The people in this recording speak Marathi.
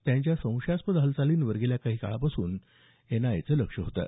त्यांच्या संशयास्पद हालचालींवर गेल्या काही काळापासून एनआयएचं लक्ष होतं